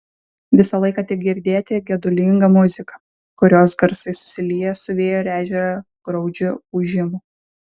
visą laiką tik girdėti gedulinga muzika kurios garsai susilieja su vėjo ir ežero graudžiu ūžimu